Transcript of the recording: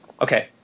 Okay